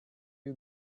you